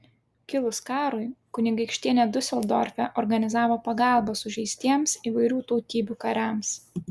kilus karui kunigaikštienė diuseldorfe organizavo pagalbą sužeistiems įvairių tautybių kariams